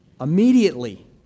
immediately